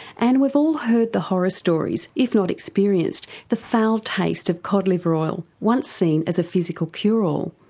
and we've all heard the horror stories, if not experienced the foul taste of cod liver oil, once seen as a physical cure all.